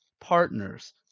partners